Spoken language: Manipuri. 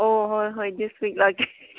ꯑꯣ ꯍꯣꯏ ꯍꯣꯏ ꯗꯤꯁ ꯋꯤꯛ ꯂꯥꯛꯀꯦ